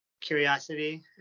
curiosity